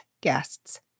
guests